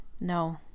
no